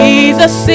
Jesus